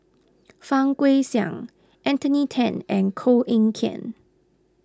Fang Guixiang Anthony then and Koh Eng Kian